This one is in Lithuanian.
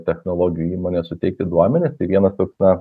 technologijų įmones suteikti duomenis tai vienas toks na